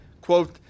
quote